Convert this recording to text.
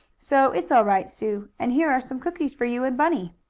so it's all right, sue, and here are some cookies for you and bunny.